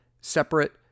separate